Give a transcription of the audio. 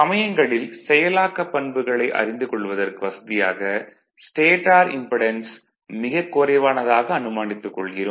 சமயங்களில் செயலாக்கப் பண்புகளை அறிந்து கொள்வதற்கு வசதியாக ஸ்டேடார் இம்படென்ஸ் மிகக் குறைவானதாக அனுமானித்துக் கொள்கிறோம்